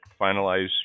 finalize